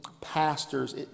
pastors